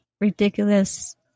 ridiculous